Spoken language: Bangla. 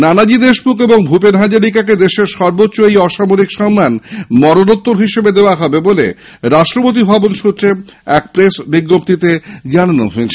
নানাজি দেশমুখ এবং ভূপেন হাজারিকাকে দেশের সর্বোচ্চ এই অসামরিক সম্মান মরনোত্তর হিসেবে দেওয়া হবে বলে রাষ্ট্রপতিভবন থেকে এক প্রেস বিবৃতিতে জানানো হয়েছে